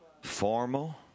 formal